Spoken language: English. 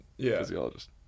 physiologist